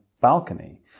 balcony